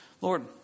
Lord